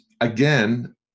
again